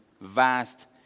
vast